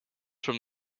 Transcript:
from